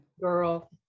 Girl